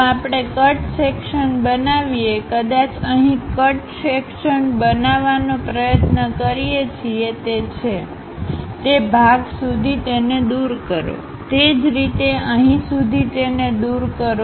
જો આપણે કટ સેક્શનબનાવીએકદાચ અહીં કટ સેક્શનબનાવવાનો પ્રયત્ન કરીએ છીએ તે છે તે ભાગ સુધી તેને દૂર કરો તે જ રીતે અહી સુધી તેને દૂર કરો